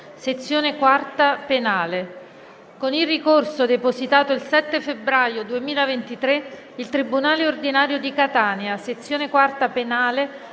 sezione IV penale. Con il ricorso depositato il 7 febbraio 2023, il tribunale ordinario di Catania, sezione IV penale,